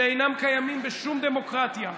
שאינם קיימים בשום דמוקרטיה,